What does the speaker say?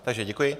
Takže děkuji.